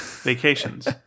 Vacations